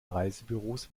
reisebüros